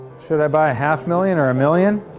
should i buy half million or a million?